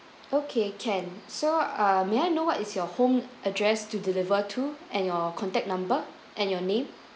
okay can so uh may I know what is your home address to deliver to and your contact number and your name